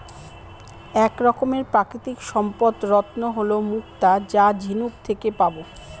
এক রকমের প্রাকৃতিক সম্পদ রত্ন হল মুক্তা যা ঝিনুক থেকে পাবো